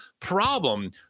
problem